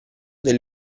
del